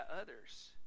others